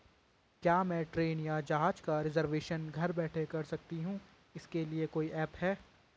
क्या मैं ट्रेन या जहाज़ का रिजर्वेशन घर बैठे कर सकती हूँ इसके लिए कोई ऐप है?